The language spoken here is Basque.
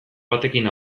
batekin